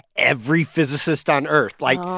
every physicist on earth. like,